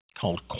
called